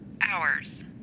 hours